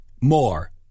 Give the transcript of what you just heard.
More